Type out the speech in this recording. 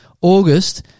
August